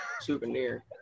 souvenir